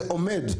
זה עומד,